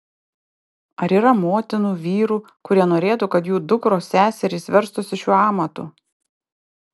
ar yra motinų vyrų kurie norėtų kad jų dukros seserys verstųsi šiuo amatu